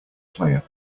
player